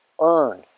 earn